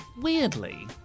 weirdly